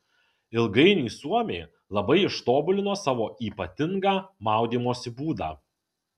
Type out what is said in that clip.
ilgainiui suomiai labai ištobulino savo ypatingą maudymosi būdą